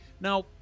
Now